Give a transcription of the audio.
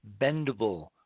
bendable